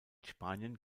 spanien